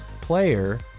player